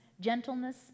gentleness